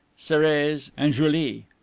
sorreze, and juilly.